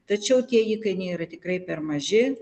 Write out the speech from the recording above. tačiau tie įkainiai yra tikrai per maži